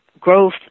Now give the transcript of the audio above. growth